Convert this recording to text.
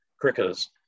cricketers